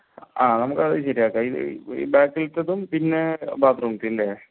ആ നമുക്ക് അത് ശരിയാക്കാം ഈ ബാക്കിലത്തേതും പിന്നെ ബാത്റൂമിലത്തെതും അല്ലേ